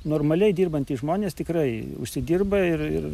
normaliai dirbantys žmonės tikrai užsidirba ir ir